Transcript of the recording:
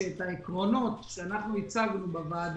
הרב גפני, עכשיו כשהקורונה כמעט